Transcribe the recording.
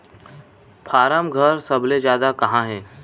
form घर सबले जादा कहां हे